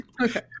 Okay